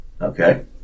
Okay